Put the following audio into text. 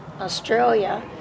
Australia